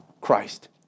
Christ